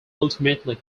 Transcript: ultimately